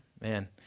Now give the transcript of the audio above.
man